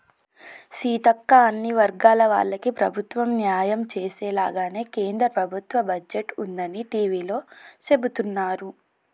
సీతక్క అన్ని వర్గాల వాళ్లకి ప్రభుత్వం న్యాయం చేసేలాగానే కేంద్ర ప్రభుత్వ బడ్జెట్ ఉందని టివీలో సెబుతున్నారు